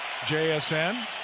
JSN